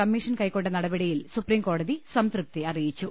commission കൈക്കൊണ്ട നടപടിയിൽ സുപ്രീംകോടതി സംതൃപ്തി അറിയിച്ചു